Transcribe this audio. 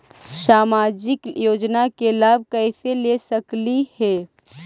सामाजिक योजना के लाभ कैसे ले सकली हे?